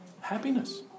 Happiness